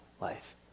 life